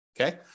Okay